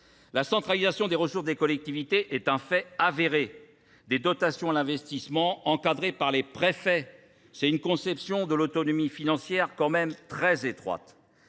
La centralisation des ressources des collectivités est un fait avéré. Des dotations à l'investissement encadrés par les préfets. C'est une conception de l'autonomie financière quand même très étroite.